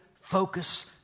focus